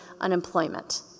unemployment